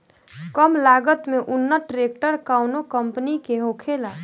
कम लागत में उत्तम ट्रैक्टर कउन कम्पनी के होखेला?